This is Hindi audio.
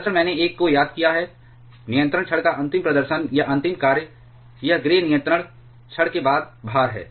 दरअसल मैंने एक को याद किया है नियंत्रण छड़ का अंतिम प्रदर्शन या अंतिम कार्य यह ग्रे नियंत्रण छड़ के बाद भार है